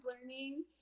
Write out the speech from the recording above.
learning